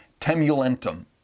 temulentum